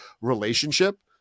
relationship